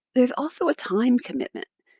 there's also a time commitment.